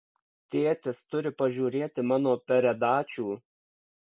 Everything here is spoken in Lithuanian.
tėtis turi pažiūrėti mano peredačių